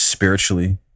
Spiritually